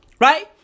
right